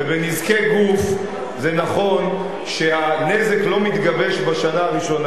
בנזקי גוף זה נכון שהנזק לא מתגבש בשנה הראשונה,